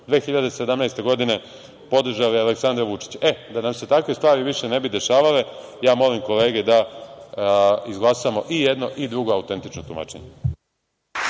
2017. godine podržali Aleksandra Vučića. Da nam se takve stvari više ne bi dešavale, ja molim kolege da izglasamo i jedno i drugo autentično tumačenje.